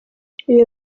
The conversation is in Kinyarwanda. iyo